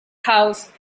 housed